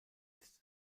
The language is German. ist